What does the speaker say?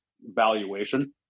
valuation